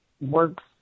works